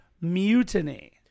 Mutiny